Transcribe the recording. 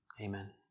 Amen